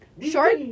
short